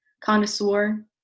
connoisseur